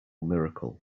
miracle